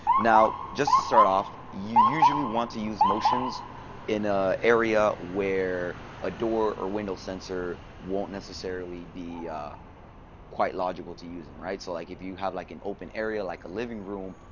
now, just to start off, you usually want to use motions in an ah area where a door or window sensor won't necessarily be quite logical to use in, right? so like, if you you had like an open area, like a living room,